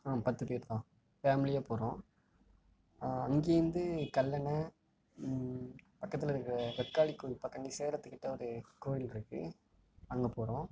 அ பத்து பேர் தான் ஃபேம்லியாக போகிறோம் அங்கேருந்து கல்லணை பக்கத்திலருக்க வெக்காளி கோவில் பக்கம் சேலத்துக்கிட்டே ஒரு கோயிலிருக்கு அங்கே போகிறோம்